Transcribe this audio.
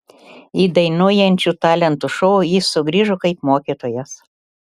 į dainuojančių talentų šou jis sugrįžo kaip mokytojas